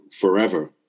forever